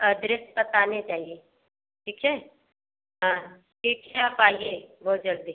address बताने चाहिए ठीक है हाँ ठीक है आप आइए बहुत जल्दी